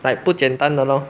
like 不简单的咯